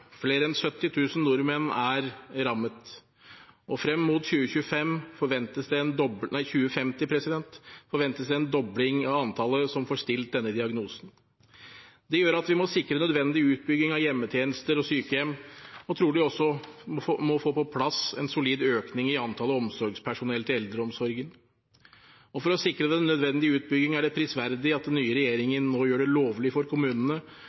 Flere enn 70 000 nordmenn er rammet, og fram mot 2050 forventes det en dobling av antallet som får stilt denne diagnosen. Det gjør at vi må sikre nødvendig utbygging av hjemmetjenester og sykehjem, og at vi trolig også må få på plass en solid økning i antallet omsorgspersonell til eldreomsorgen. For å sikre den nødvendige utbygging er det prisverdig at den nye regjeringen nå gjør det lovlig for kommunene